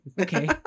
Okay